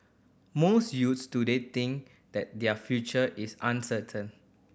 most youths today think that their future is uncertain